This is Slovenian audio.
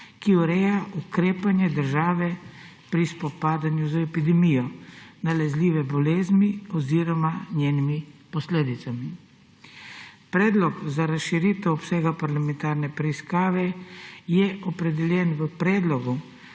ki ureja ukrepanje države pri spopadanju z epidemijo nalezljive bolezni oziroma z njenimi posledicami. Predlog za razširitev obsega parlamentarne preiskave je opredeljen v predlogu